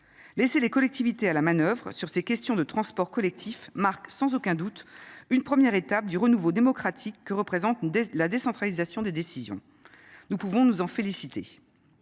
décentralisation Cctv à la manœuvre sur ces questions de transport collectif marque sans aucun doute une 1ʳᵉ étape du renouveau démocratique que représente la décentralisation des décisions. nous pouvons nous en féliciter